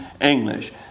English